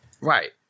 right